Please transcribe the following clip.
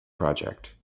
project